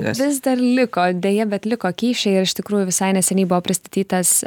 vis dar liko deja bet liko kyšiai ir iš tikrųjų visai neseniai buvo pristatytas